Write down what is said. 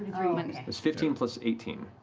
was fifteen plus eighteen,